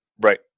Right